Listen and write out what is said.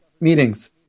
meetings